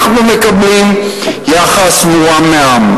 אנחנו מקבלים יחס מורם מעם,